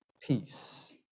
peace